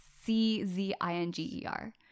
c-z-i-n-g-e-r